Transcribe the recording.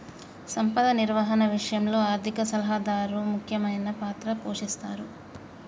సంపద నిర్వహణ విషయంలో ఆర్థిక సలహాదారు ముఖ్యమైన పాత్ర పోషిస్తరు